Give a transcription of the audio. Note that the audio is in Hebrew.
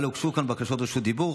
אבל הוגשו כאן בקשות רשות דיבור.